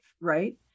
Right